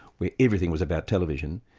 where everything was about television,